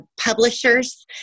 publishers